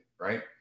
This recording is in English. right